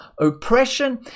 oppression